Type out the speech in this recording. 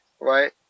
Right